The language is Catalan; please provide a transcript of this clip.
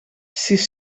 sis